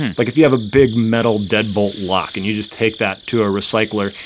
like, if you have a big, metal deadbolt lock, and you just take that to a recycler,